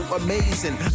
amazing